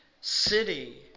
city